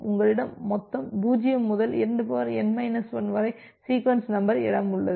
உங்களிடம் மொத்தம் 0 முதல் 2n 1 வரை சீக்வென்ஸ் நம்பர் இடம் உள்ளது